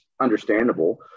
understandable